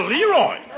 Leroy